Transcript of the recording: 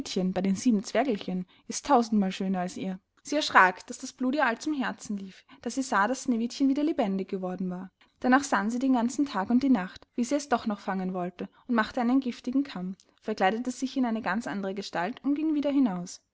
bei den sieben zwergelchen ist tausendmal schöner als ihr sie erschrack daß das blut ihr all zum herzen lief da sie sah daß sneewittchen wieder lebendig geworden war darnach sann sie den ganzen tag und die nacht wie sie es doch noch fangen wollte und machte einen giftigen kamm verkleidete sich in eine ganz andere gestalt und ging wieder hinaus